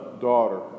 daughter